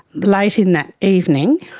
late in that evening